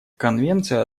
конвенция